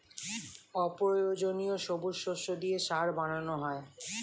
অপ্রয়োজনীয় সবুজ শস্য দিয়ে সার বানানো হয়